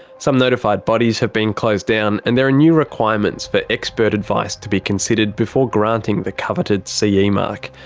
some notified bodies have been closed down, and there are new requirements for expert advice to be considered before granting the coveted ce yeah mark.